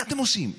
מה אתם עושים?